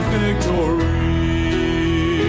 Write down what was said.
victory